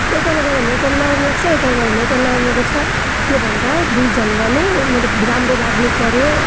एउटालाई गऱ्यो भने एउटा नराम्रो लाग्छ एउटालाई गऱ्यो भने एउटा नराम्रो गर्छ त्यो भन्दा दुइजनालाई नै मतलब राम्रो लाग्नु पऱ्यो